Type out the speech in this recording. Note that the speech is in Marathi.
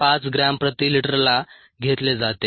5 ग्रॅम प्रति लिटरला घेतले जाते